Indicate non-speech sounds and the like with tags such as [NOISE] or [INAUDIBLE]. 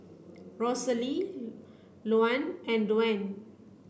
Rosalie [UNINTELLIGIBLE] Louann and Duane